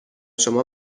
شما